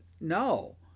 no